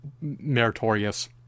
meritorious